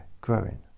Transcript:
growing